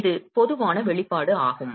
இது பொதுவான வெளிப்பாடு ஆகும்